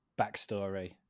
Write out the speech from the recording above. backstory